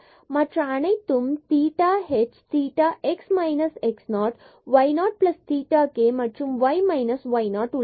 மற்ற அனைத்தும் theta h theta x minus x 0 y 0 theta k மற்றும் y minus y 0 உள்ளது